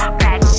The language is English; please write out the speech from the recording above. back